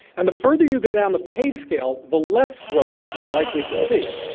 and the further you go down the pay scale, the less growth you're likely to see.